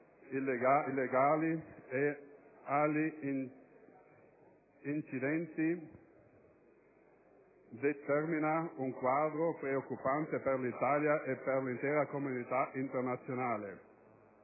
illegali e agli incidenti, determina un quadro preoccupante per l'Italia e per l'intera comunità internazionale.